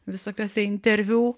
visokiuose interviu